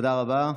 תודה רבה,